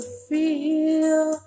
feel